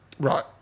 Right